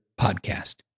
podcast